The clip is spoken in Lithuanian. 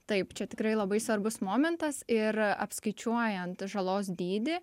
taip čia tikrai labai svarbus momentas ir apskaičiuojant žalos dydį